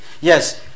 Yes